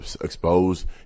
exposed